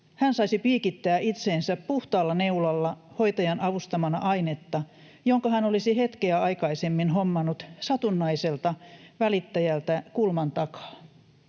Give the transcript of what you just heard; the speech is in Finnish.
hän saisi piikittää itseensä puhtaalla neulalla hoitajan avustamana ainetta, jonka hän olisi hetkeä aikaisemmin hommannut satunnaiselta välittäjältä kulman takaa.